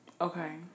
okay